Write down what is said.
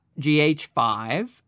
GH5